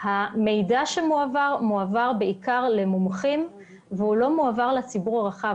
שהמידע מועבר למומחים אבל לא מועבר לציבור הרחב.